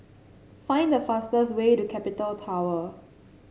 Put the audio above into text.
find the fastest way to Capital Tower